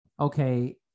okay